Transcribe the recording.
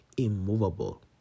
Immovable